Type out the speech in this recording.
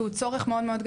כלכלי,